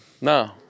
No